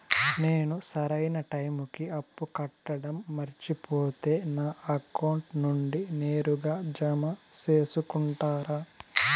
నేను సరైన టైముకి అప్పు కట్టడం మర్చిపోతే నా అకౌంట్ నుండి నేరుగా జామ సేసుకుంటారా?